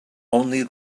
only